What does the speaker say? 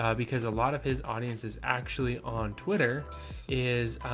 um because a lot of his audience is actually on twitter is